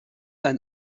ein